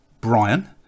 Brian